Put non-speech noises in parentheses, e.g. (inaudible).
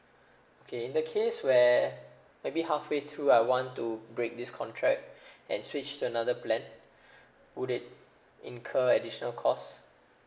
(breath) okay in that case where maybe halfway through I want to break this contract (breath) and switch to another plan (breath) would it incur additional cost